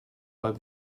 pas